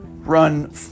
run